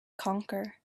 conquer